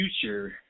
future